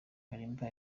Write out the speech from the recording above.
kalimba